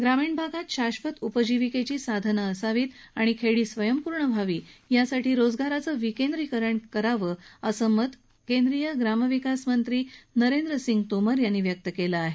ग्रामीण भागात शाक्षत उपजीविकेची साधनं असावीत आणि खेडी स्वयंपूर्ण व्हावीत यादृष्टीनं रोजगारांचं विकेंद्रीकरण व्हायला हवं असं मत केंद्रीय ग्रामविकासमंत्री नरेंद्र सिंह तोमर यांनी व्यक्त केलं आहे